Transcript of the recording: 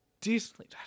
decently